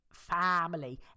Family